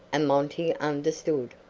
and monty understood.